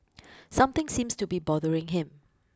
something seems to be bothering him